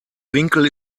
winkel